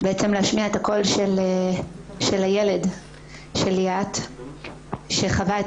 בעצם להשמיע את הקול של הילד של ליאת שחווה את